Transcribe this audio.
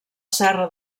serra